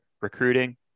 recruiting